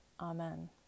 Amen